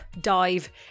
dive